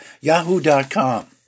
yahoo.com